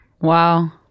Wow